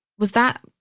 was that